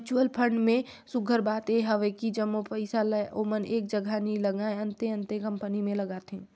mutual fund में सुग्घर बात एहर हवे कि जम्मो पइसा ल ओमन एक जगहा नी लगाएं, अन्ते अन्ते कंपनी में लगाथें